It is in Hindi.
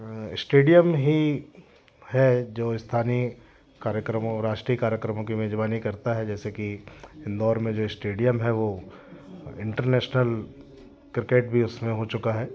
स्टेडियम ही है जो स्थानी कार्यक्रमों राष्ट्रीय कार्यक्रमों की मेजबानी करता है जैसे कि इंदौर में जो स्टेडियम है वो इंटरनेशनल क्रिकेट भी उसमें हो चुका है